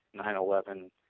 9-11